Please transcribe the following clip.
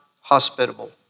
hospitable